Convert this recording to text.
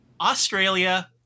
Australia